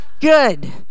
Good